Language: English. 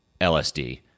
LSD